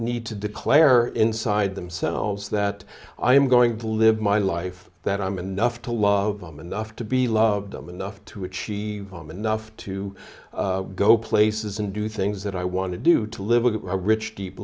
need to declare inside themselves that i am going to live my life that i'm enough to love them enough to be loved them enough to achieve them enough to go places and do things that i want to do to live a rich deep